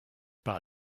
par